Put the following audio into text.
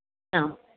ആഹ്